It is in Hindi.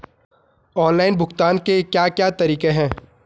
ऑनलाइन भुगतान के क्या क्या तरीके हैं?